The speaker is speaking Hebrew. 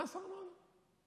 מס ארנונה.